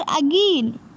again